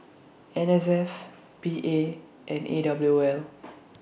N S F P A and A W O L